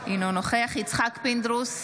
אינו נוכח יצחק פינדרוס,